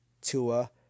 Tua